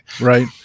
Right